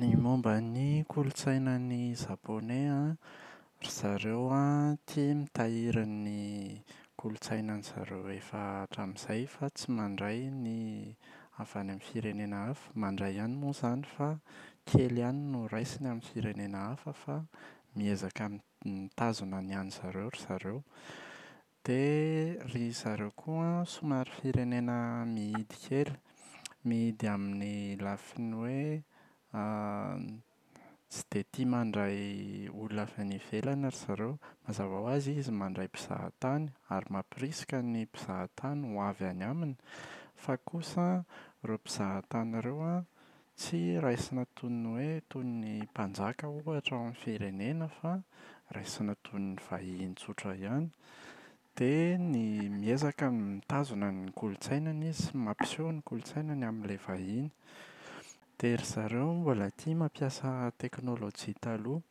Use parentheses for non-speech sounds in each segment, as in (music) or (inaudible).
Ny momba ny kolontsainan’ny japone an, ry zareo an (hesitation) tia mitahiry ny (hesitation) kolontsainan’izareo efa hatramin’izay fa tsy mandray ny (hesitation) avy any amin’ny firenena hafa. Mandray ihany moa izany fa (hesitation) kely ihany no raisiny amin’ny firenena hafa fa miezaka mitazona ny an’izareo ry zareo. Dia (hesitation) ry zareo koa an somary firenena mihidy kely. Mihidy amin’ny lafin’ny hoe (hesitation) tsy dia tia mandray olona avy any ivelany ry zareo. Mazava ho azy izy mandray mpizahatany ary mampirisika ny mpizahatany ho avy any aminy. Fa kosa an ireo mpizahatany ireo an, tsy raisina toy ny hoe (hesitation) toy ny mpanjaka ohatra ao amin’ny firenena fa raisina toy ny vahiny tsotra ihany. Dia ny- miezaka mitazona ny kolontsainany izy sy mampiseho ny kolontsainany amin’ilay vahiny. Dia ry zareo mbola tia mampiasa teknolojia taloha,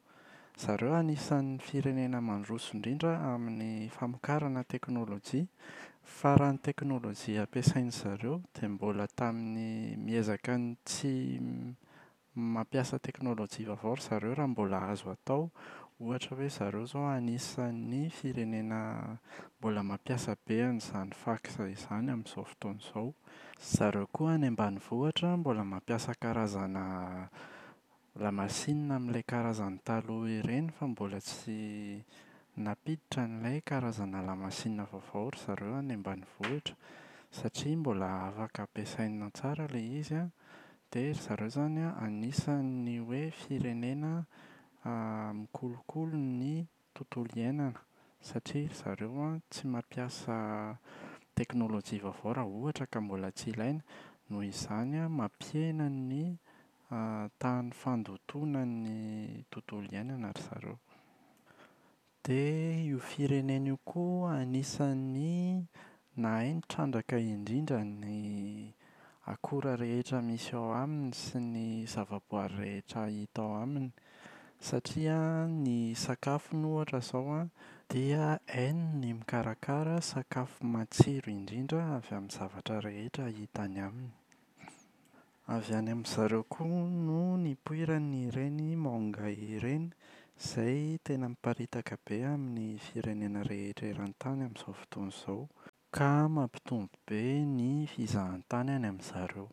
zareo anisan’ny firenena mandroso indrindra amin’ny famokarana teknolojia. Fa raha ny teknolojia ampiasain’izareo dia mbola tamin’ny (hesitation) miezaka ny tsy (hesitation) m-mampiasa teknolojia vaovao ry zareo raha mbola azo atao. Ohatra hoe zareo izao anisan’ny firenena mbola mampiasa be an’izany fax izany amin’izao fotoana izao. Zareo koa any ambanivohitra mbola mampiasa karazana lamasinina amin’ilay karazany taloha ireny fa mbola tsy (hesitation) nampiditra an’ilay karazana lamasinina vaovao ry zareo any ambanivohitra. Satria mbola afaka ampiasaina tsara ilay izy an. Dia ry zareo izany an, anisan’ny hoe firenena (hesitation) mikolokolo ny tontolo iainana, satria ry zareo tsy mampiasa teknolojia vaovao raha ohatra ka mbola tsy ilaina. Noho izany an, mampihena ny tahan’ny fandotona ny tontolo iainana ry zareo. Dia (hesitation) io firenena io koa anisan’ny nahay nitrandraka indrindra ny (hesitation) akora rehetra misy ao aminy sy ny zava-boary rehetra hita ao aminy. Satria an ny (hesitation) sakafony ohatra izao an dia hainy ny mikarakara sakafo matsiro indrindra avy amin’ny zavatra rehetra hita any aminy. Avy any amin’izareo koa no nipoiran’ireny manga ireny izay tena miparitaka be amin’ny firenena rehetra eran-tany amin’izao fotoana izao, ka mampitombo be ny fizahan-tany any amin’izareo.